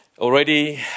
Already